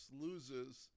loses